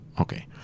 Okay